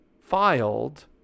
filed